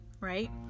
right